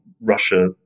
Russia